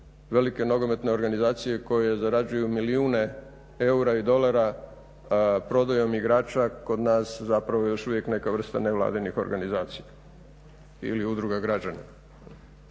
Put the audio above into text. velike nogometne organizacije koje zarađuju milijune eura i dolara prodajom igrača kod nas zapravo još uvijek neka vrsta nevladinih organizacija ili udruga građana.